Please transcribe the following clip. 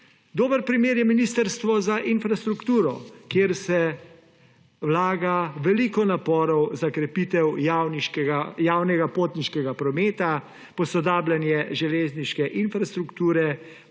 Dober primer je Ministrstvo za infrastrukturo, kjer se vlaga veliko naporov za krepitev javnega potniškega prometa, posodabljanje železniške infrastrukture,